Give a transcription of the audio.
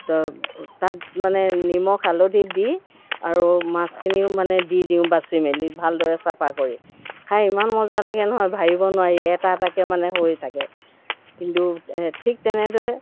তো তাত মানে নিমখ হালধি দি আৰু মাছখিনিও মানে দি দিওঁ বাচি মেলি ভালদৰে চাফা কৰি খাই ইমান মজা লাগে নহয় ভাবিব নোৱাৰি এটা এটাকৈ মানে হৈ থাকে কিন্তু ঠিক তেনেদৰে